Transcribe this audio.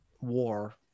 war